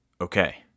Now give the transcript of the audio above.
okay